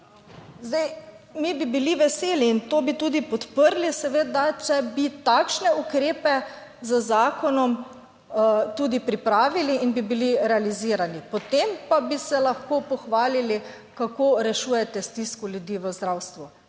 Mi bi bili veseli in to bi tudi podprli, seveda, če bi takšne ukrepe z zakonom tudi pripravili in bi bili realizirani, potem pa bi se lahko pohvalili, kako rešujete stisko ljudi v zdravstvu.